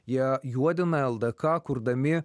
jie juodina ldk kurdami